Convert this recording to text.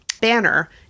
Banner